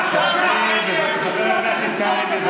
לא יעזור לכם.